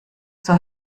zur